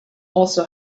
also